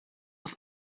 auf